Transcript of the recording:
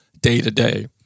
day-to-day